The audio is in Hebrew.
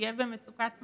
תהיה במצוקת מים.